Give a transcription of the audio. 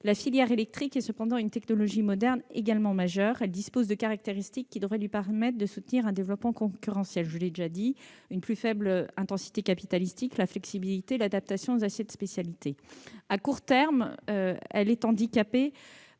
La filière électrique est cependant une technologie moderne également majeure. Elle dispose de caractéristiques qui devraient lui permettre de soutenir un développement concurrentiel, une plus faible intensité capitalistique, la flexibilité, l'adaptation à cette spécialité. À court terme, elle est handicapée,